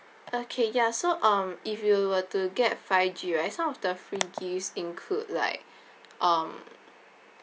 okay ya so um if you were to get five G right some of the free gifts include like um